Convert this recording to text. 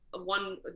one